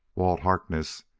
walt harkness,